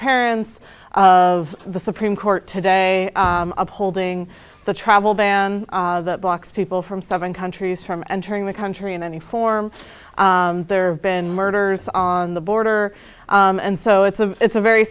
parents of the supreme court today upholding the travel ban that blocks people from sovereign countries from entering the country in any form there have been murders on the border and so it's a it's a very